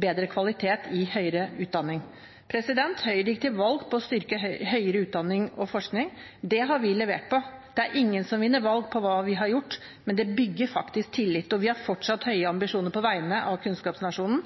bedre kvalitet i høyere utdanning. Høyre gikk til valg på å styrke høyere utdanning og forskning. Det har vi levert på. Det er ingen som vinner valg på hva man har gjort, men det bygger faktisk tillit, og vi har fortsatt høye ambisjoner på vegne av kunnskapsnasjonen.